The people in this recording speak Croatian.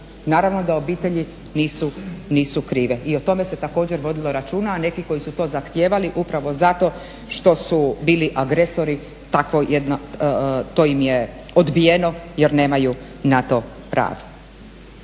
Naravno da obitelji nisu krive i o tome se također vodilo računa, a neki koji su to zahtijevali upravo zato što su bili agresori tako jedno, to im je odbijeno jer nemaju na to pravo.